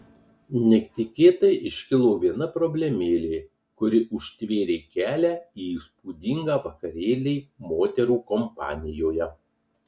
netikėtai iškilo viena problemėlė kuri užtvėrė kelią į įspūdingą vakarėlį moterų kompanijoje